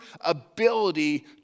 ability